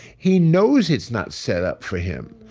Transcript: he knows it's not set up for him,